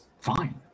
fine